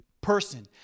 person